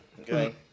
okay